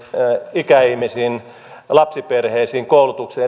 ikäihmisiin lapsiperheisiin koulutukseen